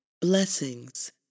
blessings